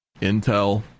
Intel